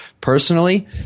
personally